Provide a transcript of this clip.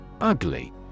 Ugly